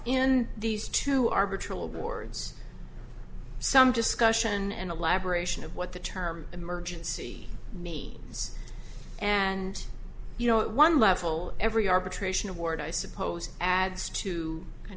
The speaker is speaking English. in these two our virtual boards some discussion an elaboration of what the term emergency mean is and you know one level every arbitration award i suppose adds to kind